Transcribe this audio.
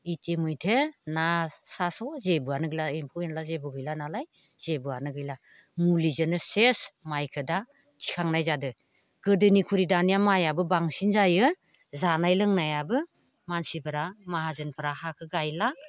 इटिमयधे ना साम' जेबोआनो गैला एम्फौ एन्ला जेबो गैला नालाय जेबोआनो गैला मुलिजोंनो सेस माइखौ दा थिखांनाय जादों गोदोनिख्रुइ दानिया माइयाबो बांसिन जायो जानाय लोंनायाबो मानसिफोरा माहाजोनफोरा हाखौ गायला